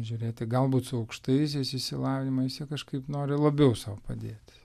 žiūrėti galbūt su aukštaisiais išsilavinimais jie kažkaip nori labiau sau padėti